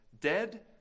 dead